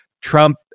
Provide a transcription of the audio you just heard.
Trump